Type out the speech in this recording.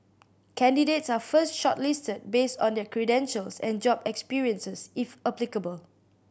candidates are first shortlisted based on their credentials and job experiences if applicable